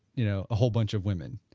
you know, a whole bunch of women?